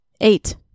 Eight